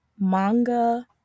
manga